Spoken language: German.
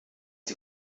die